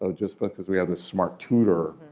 ah just but because we have the smart tutor,